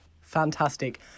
fantastic